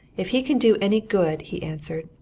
if he can do any good, he answered.